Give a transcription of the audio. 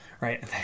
right